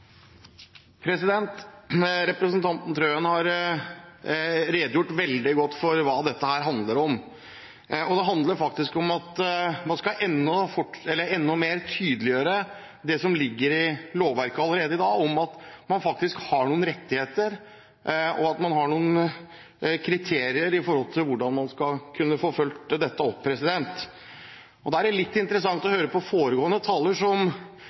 refererte til. Representanten Wilhelmsen Trøen har redegjort veldig godt for hva dette handler om. Det handler om at man skal tydeliggjøre enda mer det som ligger i lovverket allerede i dag, om at man faktisk har noen rettigheter, og at man har noen kriterier for hvordan man skal kunne få fulgt dette opp. Da er det litt interessant å høre på foregående taler, som